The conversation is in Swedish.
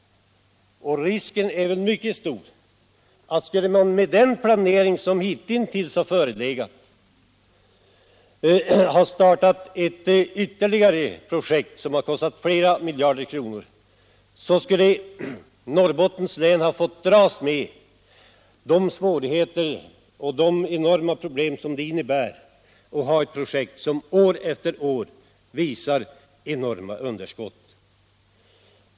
Och om man med den planering som hittills förekommit skulle ha startat ytterligare ett projekt för flera miljarder kronor, så hade risken varit mycket stor för att Norrbottens län skulle fått dras med de stora svårigheter och problem som det innebär att ha ett projekt som år efter år visar enorma underskott.